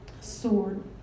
Sword